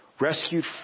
Rescued